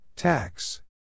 Tax